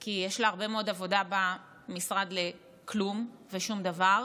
כי יש לה הרבה מאוד עבודה במשרד לכלום ושום דבר.